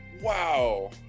Wow